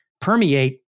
permeate